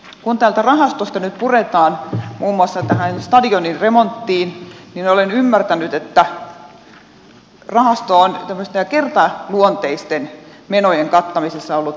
kun täältä rahastosta nyt puretaan muun muassa tähän stadionin remonttiin niin olen ymmärtänyt että rahasto on tämmöisten kertaluonteisten menojen kattamisessa ollut paikka